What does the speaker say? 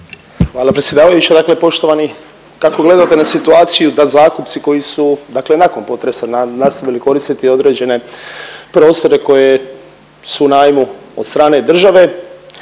Hvala predsjedavajuća. Dakle poštovani, kako gledate na situaciju da zakupci koji su dakle nakon potresa nastavili koristiti određene prostore koji su u najmu od strane države,